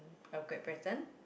our Great Britain